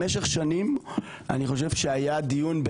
במשך שנים אני חושב שהיה דיון.